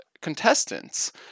contestants